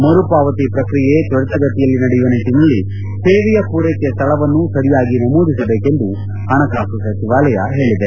ಮರು ಪಾವತಿ ಪ್ರಕ್ರಿಯೆ ತ್ವರಿತಗತಿಯಲ್ಲಿ ನಡೆಯುವ ನಿಟ್ಟನಲ್ಲಿ ಸೇವೆಯ ಪೂರೈಕೆಯ ಸ್ವಳವನ್ನು ಸರಿಯಾಗಿ ನಮೂದಿಸಬೇಕೆಂದು ಹಣಕಾಸು ಸಚಿವಾಲಯ ಹೇಳದೆ